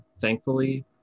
Thankfully